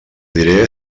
diré